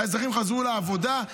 האזרחים חזרו לעבודה,